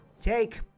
take